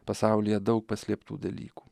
pasaulyje daug paslėptų dalykų